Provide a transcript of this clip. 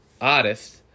artist